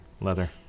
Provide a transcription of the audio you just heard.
Leather